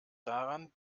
daran